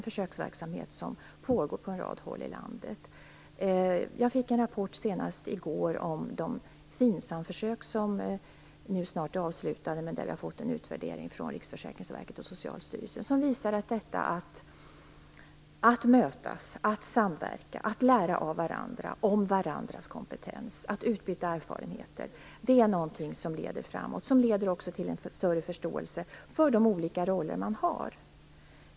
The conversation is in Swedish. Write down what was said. Försöksverksamhet pågår på en rad håll i landet. Senast i går fick jag en rapport om de Finsamförsök som snart skall vara avslutade. Vi har där fått en utvärdering från Riksförsäkringsverket och Socialstyrelsen som visar på att detta med att mötas och samverka liksom att lära av varandra om varandras kompetens och att utbyta erfarenheter leder framåt och till en större förståelse för de olika roller man har.